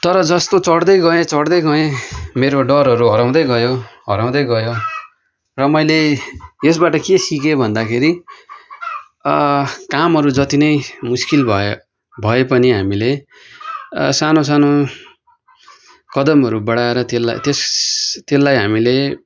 तर जस्तो चढ्दै गएँ चढ्दै गएँ मेरो डरहरू हराउँदै गयो हराउँदै गयो र मैले यसबाट के सिकेँ भन्दाखेरि कामहरू जति नै मुस्किल भए भए पनि हामीले सानो सानो कदमहरू बढाएर त्यसलाई त्यस त्यसलाई हामीले